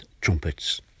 trumpets